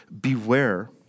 beware